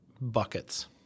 buckets